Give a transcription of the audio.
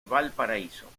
valparaíso